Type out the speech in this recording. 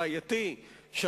הבעייתי,